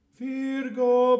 virgo